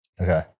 Okay